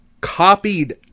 copied